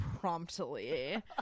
promptly